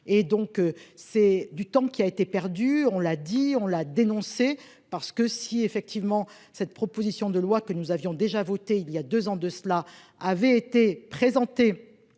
Et donc c'est du temps qui a été perdu. On l'a dit, on l'a dénoncé. Parce que si effectivement cette proposition de loi que nous avions déjà voté il y a 2 ans de cela, avait été présentée.